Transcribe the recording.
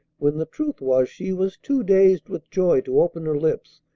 when the truth was she was too dazed with joy to open her lips,